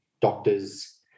doctors